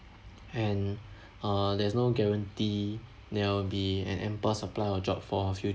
and uh there's no guarantee there will be an ample supply of job for